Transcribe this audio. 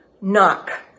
knock